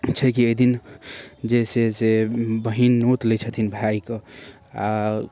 छै की ओहि दिन जे छै से बहीन नोत लै छथिन भाइके आ